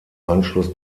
anschluss